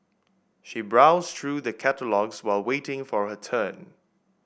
she browsed through the catalogues while waiting for her turn